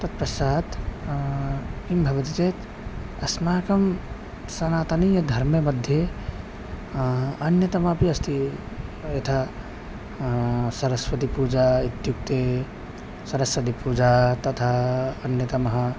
तत्पश्चात् किं भवति चेत् अस्माकं सनातनीयधर्मे मध्ये अन्यतमपि अस्ति यथा सरस्वतीपूजा इत्युक्ते सरस्वतीपूजा तथा अन्यतमः